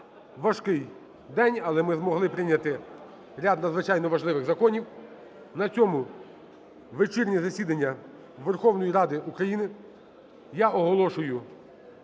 важкий день, але ми змогли прийняти ряд надзвичайно важливих законів. На цьому вечірнє засідання Верховної Ради України я оголошую